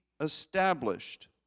established